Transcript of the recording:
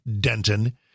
Denton